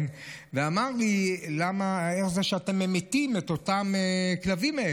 הוא אמר לי: איך זה שאתם ממיתים את אותם כלבים?